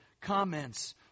comments